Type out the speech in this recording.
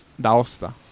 d'Aosta